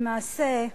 למעשה,